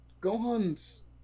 Gohan's